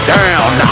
down